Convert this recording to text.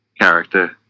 character